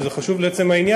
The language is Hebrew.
וזה חשוב לעצם העניין,